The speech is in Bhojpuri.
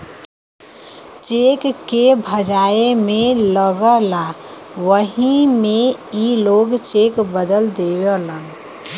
चेक के भजाए मे लगला वही मे ई लोग चेक बदल देवेलन